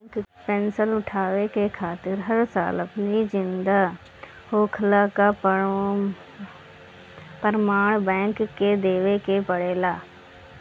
pension उठावे खातिर हर साल अपनी जिंदा होखला कअ प्रमाण बैंक के देवे के पड़ेला